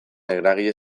eragile